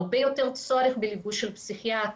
הרבה יותר צורך בליווי של פסיכיאטרים,